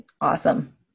awesome